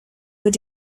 were